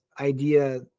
idea